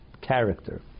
character